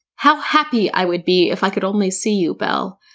how happy i would be if i could only see you belle,